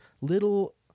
little